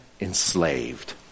enslaved